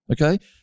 Okay